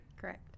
Correct